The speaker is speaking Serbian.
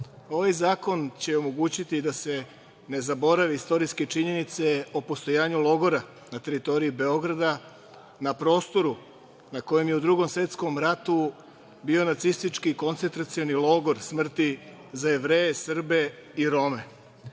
ovaj zakon će omogućiti da se ne zaborave istorijske činjenice o postojanju logora na teritoriji Beograda, na prostoru na kojem je u Drugom svetskom ratu bio nacistički koncentracioni logor smrti za Jevreje, Srbe i Rome.